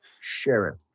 Sheriff